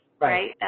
right